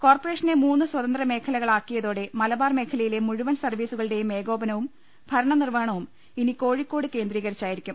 കോർപറേഷനെ മൂന്ന് സ്വതന്ത്ര മേഖലകളാക്കിയതോടെ മലബാർ മേഖലയിലെ മുഴുവൻ സർവ്വീ സുകളുടെയും ഏകോപനവും ഭരണനിർവ്വഹണവും ഇനി കോഴി ക്കോട് കേന്ദ്രീകരിച്ചായിരിക്കും